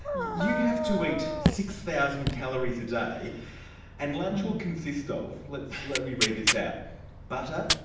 you have to eat six thousand calories a day and lunch will consist of, let let me read this out butter,